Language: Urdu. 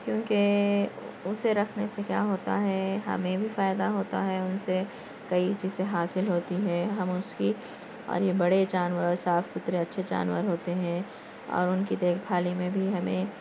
کیونکہ اسے رکھنے سے کیا ہوتا ہے ہمیں بھی فائدہ ہوتا ہے ان سے کئی چیزیں حاصل ہوتی ہے ہم اس کی اور یہ بڑے جانور صاف ستھرے اچھے جانور ہوتے ہیں اور ان کی دیکھ بھال میں بھی ہمیں